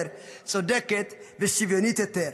צודקת ושוויונית יותר.